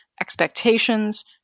expectations